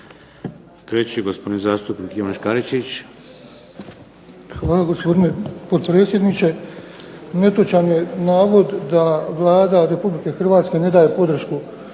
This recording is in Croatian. Treći, gospodin zastupnik Ivan Škaričić. **Škaričić, Ivan (HDZ)** Hvala gospodine potpredsjedniče. Netočan je navod da Vlada Republike Hrvatske ne daje podršku